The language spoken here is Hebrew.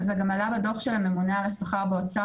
וזה גם עלה בדו"ח של הממונה על השכר באוצר